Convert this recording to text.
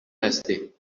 هستی